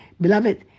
Beloved